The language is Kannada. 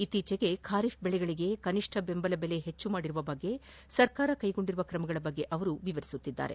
ಇತ್ತೀಚೆಗೆ ಖಾರಿಫ್ ಬೆಳೆಗಳಿಗೆ ಕನಿಷ್ಠ ಬೆಂಬಲ ಬೆಲೆ ಹೆಚ್ಚಿಸಿರುವ ಬಗ್ಗೆ ಸರ್ಕಾರ ಕೈಗೊಂಡಿರುವ ತ್ರಮಗಳ ಬಗ್ಗೆ ವಿವರಿಸುತ್ತಿದ್ದಾರೆ